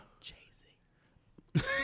Jay-Z